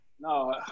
No